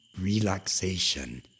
relaxation